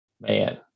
Man